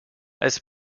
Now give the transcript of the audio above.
als